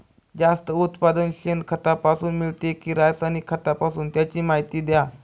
जास्त उत्पादन शेणखतापासून मिळते कि रासायनिक खतापासून? त्याची माहिती द्या